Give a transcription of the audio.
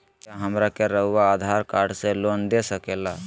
क्या हमरा के रहुआ आधार कार्ड से लोन दे सकेला?